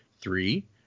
three